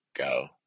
go